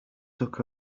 took